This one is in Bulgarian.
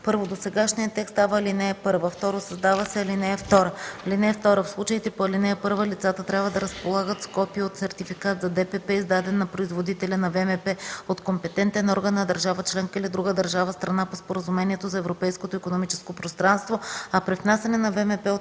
1. Досегашният текст става ал. 1; 2. Създава се ал. 2: „(2) В случаите по ал. 1 лицата трябва да разполагат с копие от сертификат за ДПП, издаден на производителя на ВМП от компетентен орган на държава членка или друга държава – страна по Споразумението за Европейското икономическо пространство, а при внасяне на ВМП от трета страна,